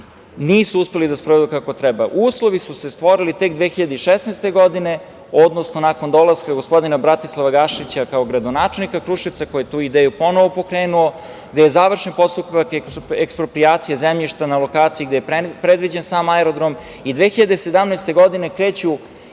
nisu uspeli da sprovedu kako treba. Uslovi su se stvorili tek 2016. godine, odnosno nakon dolaska gospodina Bratislava Gašića kao gradonačelnika Kruševca, koji je tu ideju ponovo pokrenuo, gde je završen postupak eksproprijacije zemljišta na lokaciji gde je predviđen sam aerodrom i 2017. godine kreću